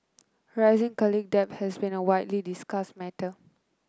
rising college debt has been a widely discussed matter